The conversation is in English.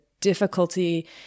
difficulty